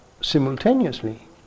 simultaneously